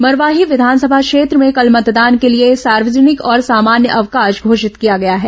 मरवाही विधानसभा क्षेत्र में कल मतदान के लिए सार्वजनिक और सामान्य अवकाश घोषित किया गया है